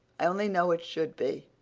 i only know it should be,